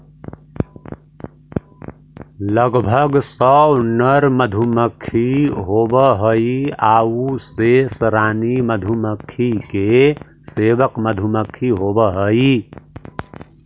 लगभग सौ नर मधुमक्खी होवऽ हइ आउ शेष रानी मधुमक्खी के सेवक मधुमक्खी होवऽ हइ